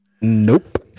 Nope